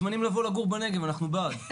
אגב, אתם מוזמנים לבוא לגור בנגב, אנחנו בעד...